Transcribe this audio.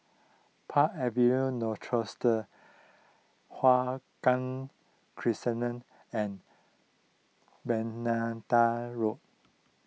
Park Rochester Hua Guan and Bermuda Road